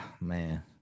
man